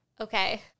Okay